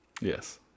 Yes